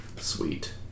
Sweet